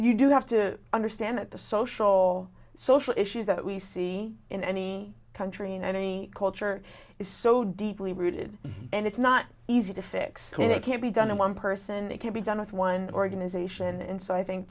you do have to understand that the social social issues that we see in any country in any culture is so deeply rooted and it's not easy to fix it it can't be done in one person it can be done with one organization and so i think